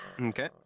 Okay